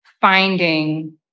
finding